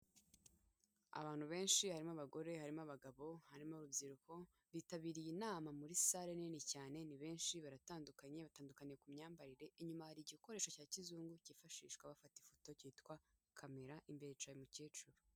Abantu benshi harimo abagore, harimo abagabo, harimo urubyiruko, bitabiriye inama muri sale nini cyane ni benshi baratandukanye, batandukaniye ku myambarire, inyuma hari igikoresho cya kizungu cyifashishwa bafata ifoto kitwa camera, imbere hicaye umukecuru